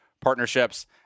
partnerships